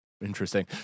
Interesting